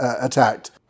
attacked